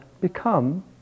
become